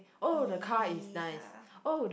Ibiza